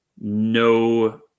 no